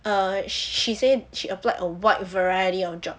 err she said she applied a wide variety of job